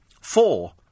Four